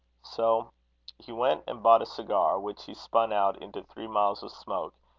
so he went and bought a cigar, which he spun out into three miles of smoke,